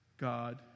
God